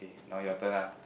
now your turn lah